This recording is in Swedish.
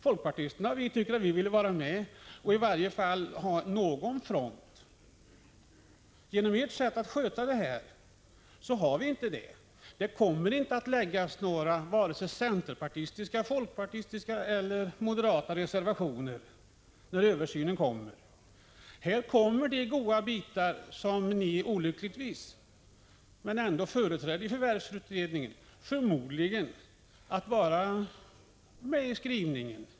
Folkpartisterna ville vara med och i varje fall bilda någon front. Genom ert sätt att sköta denna fråga har vi inte en sådan möjlighet. Det kommer inte att avges vare sig centerpartistiska, folkpartistiska eller moderata reservationer när översynen blir av. De goda bitar som ni olyckligtvis företrädde i förvärvsutredningen kommer förmodligen att vara med i skrivningen.